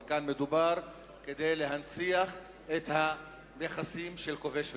אבל כאן זה כדי להנציח את הנכסים של כובש ונכבש.